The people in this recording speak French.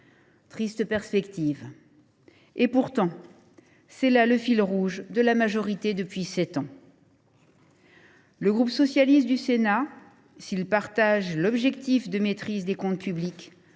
Triste perspective ! Pourtant, c’est là le fil rouge de la majorité depuis sept ans. Le groupe Socialiste, Écologiste et Républicain, s’il partage l’objectif de maîtrise des comptes publics,